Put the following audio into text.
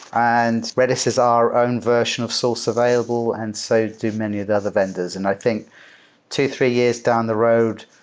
and redis is our own version of source available and so do many of the other vendors, and i think two, three years down the road,